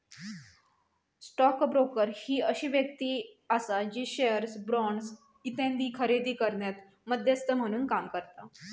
stock broker ही अशी व्यक्ती आसा जी शेअर्स, बॉण्ड्स इत्यादी खरेदी करण्यात मध्यस्थ म्हणून काम करता